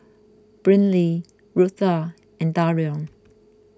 Brynlee Rutha and Darion